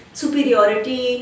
superiority